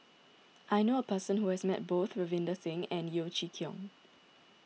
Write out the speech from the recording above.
I knew a person who has met both Ravinder Singh and Yeo Chee Kiong